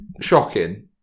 shocking